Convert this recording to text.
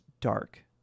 dark